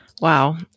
Wow